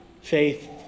faith